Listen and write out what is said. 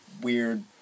weird